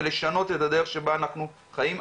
ולשנות את הדרך שבה אנחנו חיים.